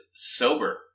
sober